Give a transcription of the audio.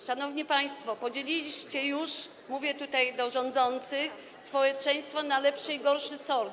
Szanowni państwo, podzieliliście już, mówię tutaj do rządzących, społeczeństwo na lepszy i gorszy sort.